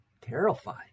terrified